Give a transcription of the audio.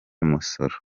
umusoro